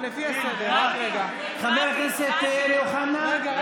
חבר הכנסת אוחנה?